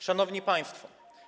Szanowni Państwo!